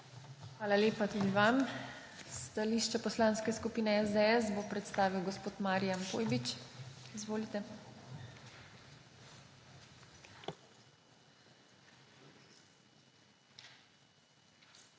Hvala lepa tudi vam. Stališče Poslanske skupine SDS bo predstavil gospod Franci Kepa. Izvolite.